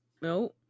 no